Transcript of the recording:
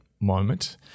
moment